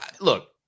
look